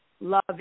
Love